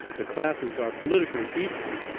the classes are politically equal,